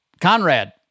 Conrad